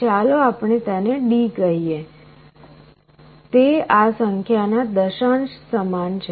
ચાલો આપણે તેને D કહીએ તે આ સંખ્યાના દશાંશ સમાન છે